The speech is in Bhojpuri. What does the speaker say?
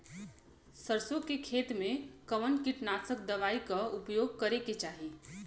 सरसों के खेत में कवने कीटनाशक दवाई क उपयोग करे के चाही?